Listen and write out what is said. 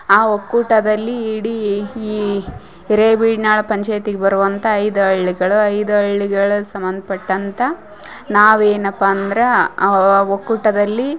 ಆ ಒಕ್ಕೂಟದಲ್ಲಿ ಇಡೀ ಈ ಎರೆಬಿಡ್ನಾಳು ಪಂಚಾಯ್ತಿಗೆ ಬರುವಂಥ ಐದು ಹಳ್ಳಿಗಳು ಐದು ಹಳ್ಳಿಗಳ ಸಂಬಂಧ್ಪಟ್ಟಂಥಾ ನಾವೇನಪ್ಪ ಅಂದ್ರಾ ಆ ಒಕ್ಕೂಟದಲ್ಲಿ